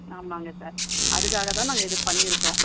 ஆமாங்க சார் அதுக்காக தான் நாங்கள் இது பண்ணியிருக்கோம்